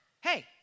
Hey